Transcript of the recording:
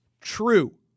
True